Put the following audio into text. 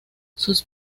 sus